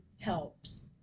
helps